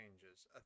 changes